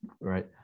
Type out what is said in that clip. right